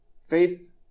faith